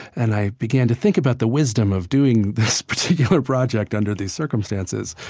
and i began to think about the wisdom of doing this particular project under these circumstances.